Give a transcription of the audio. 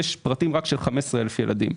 יש פרטים רק של 15,000 ילדים.